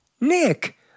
Nick